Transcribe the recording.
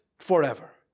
Forever